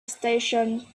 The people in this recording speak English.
station